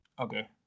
Okay